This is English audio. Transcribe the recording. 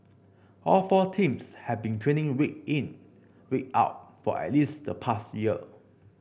all four teams have been training week in week out for at least the past year